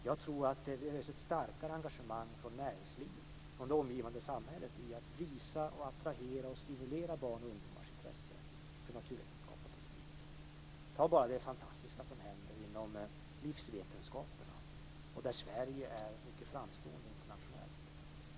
Jag tror att det behövs ett starkare engagemang från näringslivet och det omgivande samhället när det gäller att visa, attrahera och stimulera barns och ungdomars intresse för naturvetenskap och teknik. Ta bara det fantastiska som händer inom livsvetenskaperna! Där är Sverige internationellt mycket framstående.